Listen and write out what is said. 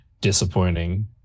disappointing